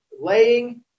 laying